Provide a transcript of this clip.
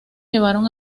llevaron